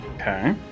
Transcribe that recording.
Okay